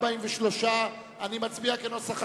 142 לא נתקבלה.